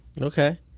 Okay